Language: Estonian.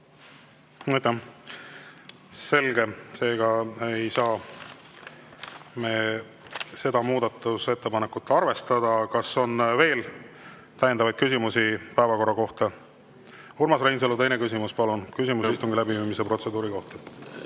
Selge, seega ei saa me seda muudatusettepanekut arvestada. Kas on veel täiendavaid küsimusi päevakorra kohta? Urmas Reinsalu, teine küsimus, palun! Küsimus istungi läbiviimise protseduuri kohta.